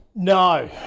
no